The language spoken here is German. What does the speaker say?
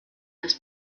dass